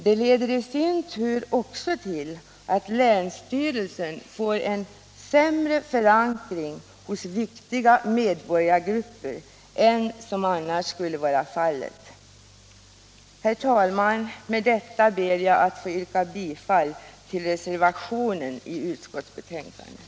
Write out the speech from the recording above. Det leder i sin tur också till att länsstyrelsen får en sämre förankring hos viktiga medborgargrupper än som annars skulle vara fallet. Herr talman! Med detta yrkar jag bifall till reservationen i utskottsbetänkandet.